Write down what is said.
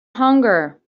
hunger